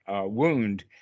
wound